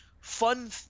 fun